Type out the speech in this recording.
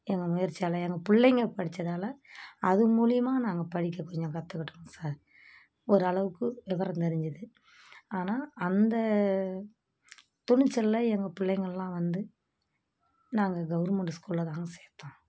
எங்கள் முயற்சியால் எங்கள் பிள்ளைங்க படிச்சதால் அது மூலிமா நாங்கள் படிக்க கொஞ்சம் கற்றுக்கிட்டோம் சார் ஒரு அளவுக்கு விவரம் தெரிஞ்சிது ஆனால் அந்த துணிச்செல்லாம் எங்கள் பிள்ளைங்கள்லாம் வந்து நாங்கள் கவுர்மெண்டு ஸ்கூலில் தாங்க சேர்த்தோம்